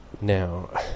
Now